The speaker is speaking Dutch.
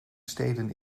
steden